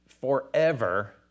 forever